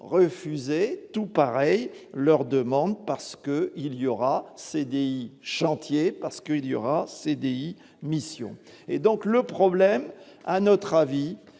refuser tout pareil leur demande parce que il y aura CDI chantier parce que il y aura CDI mission et donc le problème, à notre avis,